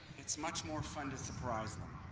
it's much more fun to surprise them.